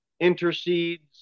intercedes